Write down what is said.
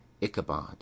ichabod